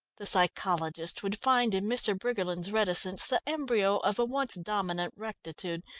the psychologist would find in mr. briggerland's reticence the embryo of a once dominant rectitude,